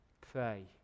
Pray